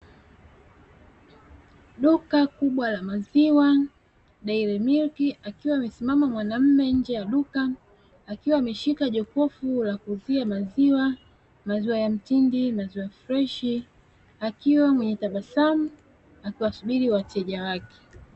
Duka kubwa la maziwa(dairy milk), akiwa amesimama mwanaume nje ya duka akiwa ameshika jokofu la kuuzia maziwa; maziwa mtindi, maziwa freshi akiwa mwenye tabasamu akiwasubiri wateja wake.